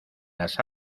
las